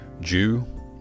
Jew